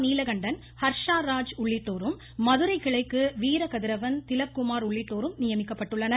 நீலகண்டன் ஹர்ஷா ராஜ் உள்ளிட்டோரும் மதுரைக்கிளைக்கு வீர கதிரவன் திலக் குமார் உள்ளிட்டோரும் நியமிக்கப்பட்டுள்ளனர்